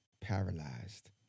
Paralyzed